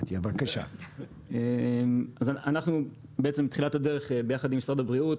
אנחנו בעצם מתחילת הדרך ביחד עם משרד הבריאות,